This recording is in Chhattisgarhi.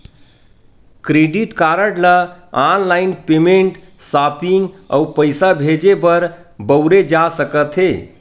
क्रेडिट कारड ल ऑनलाईन पेमेंट, सॉपिंग अउ पइसा भेजे बर बउरे जा सकत हे